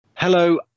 Hello